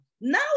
Now